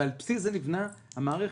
ועל בסיס זה נבנתה המערכת.